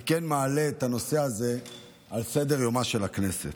אני מעלה את הנושא הזה על סדר-יומה של הכנסת.